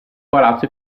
palazzo